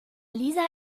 lisa